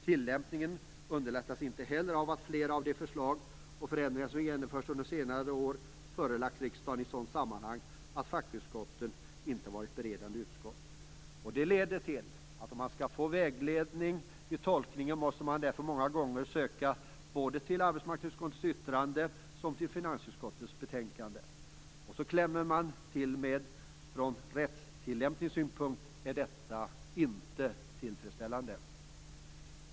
Tillämpningen underlättas inte heller av att flera av de förslag till förändringar som genomförs under de senaste åren har förelagts riksdagen i sådana sammanhang att fackutskotten inte varit beredande utskott. Detta leder till att om man skall få vägledning vid tolkningen måste man många gånger söka sig både till arbetsmarknadsutskottets yttrande och till finansutskottets betänkande. Så klämmer man till med: Från rättstillämpningssynpunkt är detta inte tillfredsställande.